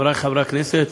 חברי חברי הכנסת,